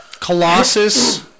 Colossus